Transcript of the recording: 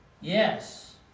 yes